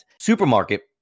supermarket